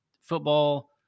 football